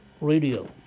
Radio